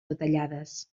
detallades